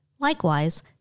Likewise